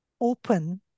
open